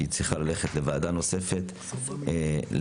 שהיא צריכה ללכת לוועדה נוספת, לדבר.